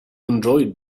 enjoyed